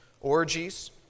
orgies